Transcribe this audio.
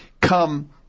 come